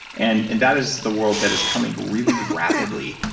and and that is the world that is coming really rapidly.